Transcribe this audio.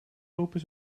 open